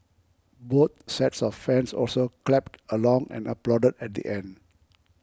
both sets of fans also clapped along and applauded at the end